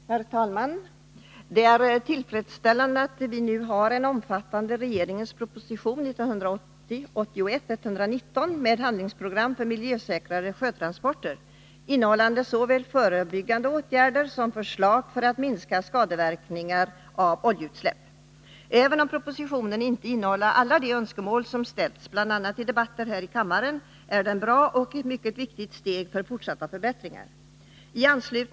Herr talman! Det är tillfredsställande att vi nu har fått en omfattande proposition, nr 1980/81:119, med handlingsprogram för miljösäkrare sjötransporter, innehållande såväl förslag till förebyggande åtgärder som förslag för att minska skadeverkningar av oljeutsläpp. Även om propositionen inte tillgodoser alla de önskemål som framförts, bl.a. i debatter här i kammaren, är den bra och utgör ett mycket viktigt steg för fortsatta förbättringar.